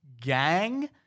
gang